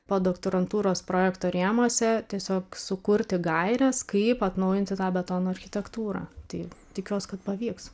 podoktorantūros projekto rėmuose tiesiog sukurti gaires kaip atnaujinti tą betono architektūrą tai tikiuos kad pavyks